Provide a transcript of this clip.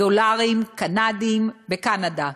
דולרים קנדיים בקנדה.